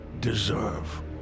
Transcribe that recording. deserve